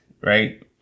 Right